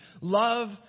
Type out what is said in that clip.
love